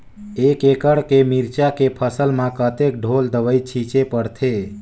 एक एकड़ के मिरचा के फसल म कतेक ढोल दवई छीचे पड़थे?